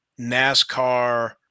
NASCAR